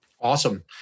Awesome